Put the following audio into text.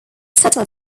settled